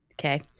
Okay